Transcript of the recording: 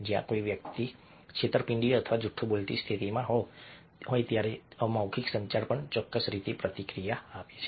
જ્યારે કોઈ વ્યક્તિ છેતરપિંડી અથવા જૂઠું બોલતી સ્થિતિમાં હોય ત્યારે અમૌખિક સંચાર પણ ચોક્કસ રીતે પ્રતિક્રિયા આપે છે